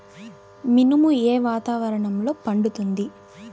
మినుము ఏ వాతావరణంలో పండుతుంది?